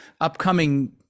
upcoming